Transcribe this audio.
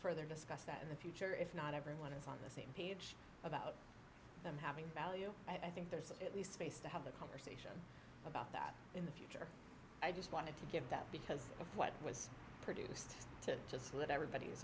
further discuss that in the future if not everyone is on the same page about them having value i think there's at least space to have them about that in the future i just wanted to give that because of what was produced to just live everybody is